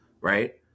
right